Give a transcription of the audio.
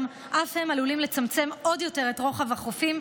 אף הם עלולים לצמצם עוד יותר את רוחב החופים,